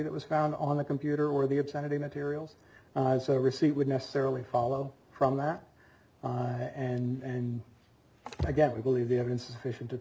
that was found on the computer where the obscenity materials so receipt would necessarily follow from that and again we believe the evidence is sufficient to